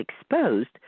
exposed